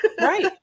Right